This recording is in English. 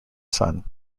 sun